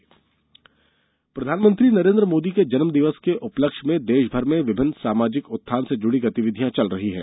rail स्वच्छता पखवाड़ा प्रधानमंत्री नरेंद्र मोदी के जन्मदिवस के उपलक्ष्य में देशभर में विभिन्न सामाजिक उत्थान से जुड़ी गतिविधियां चल रही हैं